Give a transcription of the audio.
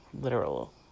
literal